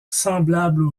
semblables